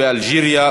באלג'יריה,